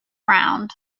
round